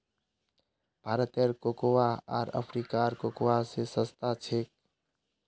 भारतेर कोकोआ आर अफ्रीकार कोकोआ स सस्ता छेक